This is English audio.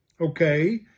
Okay